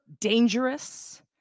dangerous